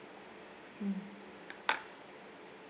mm